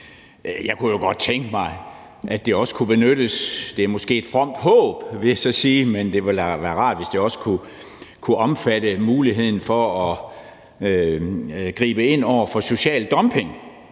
Jeg kunne jo godt tænke mig, at det også kunne – det er måske et fromt håb, vil jeg så sige – omfatte muligheden for at gribe ind over for social dumping